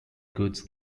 goods